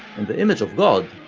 in the image of god,